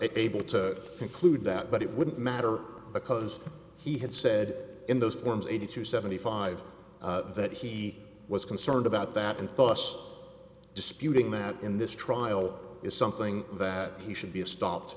able to conclude that but it wouldn't matter because he had said in those forms eighty to seventy five that he was concerned about that and thought us disputing that in this trial is something that he should be stopped